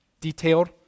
detailed